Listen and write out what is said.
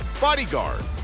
Bodyguards